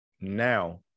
now